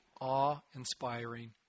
awe-inspiring